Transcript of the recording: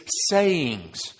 sayings